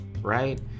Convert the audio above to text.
right